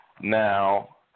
Now